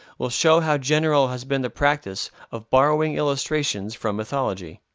will show how general has been the practice of borrowing illustrations from mythology.